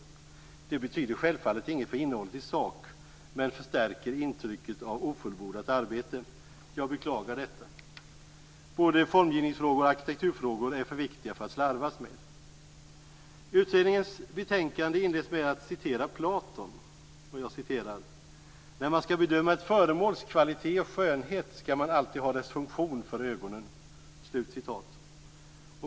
Det betyder självfallet inget för innehållet i sak, men det förstärker intrycket av ofullbordat arbete. Jag beklagar detta. Både formgivningsfrågor och arkitekturfrågor är för viktiga för att slarvas med. Utredningens betänkande inleds med ett citat av Platon: "När man skall bedöma ett föremåls kvalité och skönhet, skall man alltid ha dess funktion för ögonen."